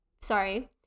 Sorry